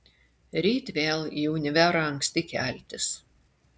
ryt vėl į univerą anksti keltis